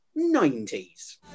90s